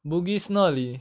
bugis 那里